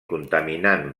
contaminant